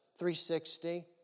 360